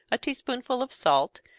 a tea-spoonful of salt,